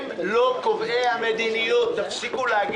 הם לא קובעי המדיניות, תפסיקו להגיד להם.